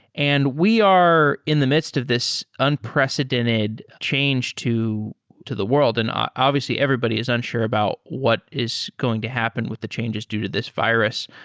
and we are in the midst of this unprecedented change to to the world. and obviously is unsure about what is going to happen with the changes due to this virus.